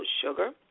sugar